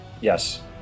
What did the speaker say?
Yes